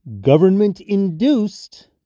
government-induced